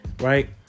right